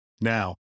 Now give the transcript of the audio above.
Now